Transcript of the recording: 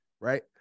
right